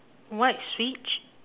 white switch